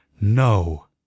No